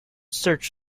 search